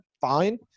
fine